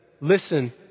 listen